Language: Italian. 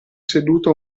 seduto